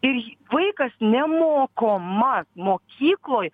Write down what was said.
ir vaikas nemokomas mokykloj